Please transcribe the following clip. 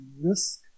risk